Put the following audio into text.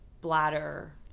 bladder